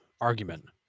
argument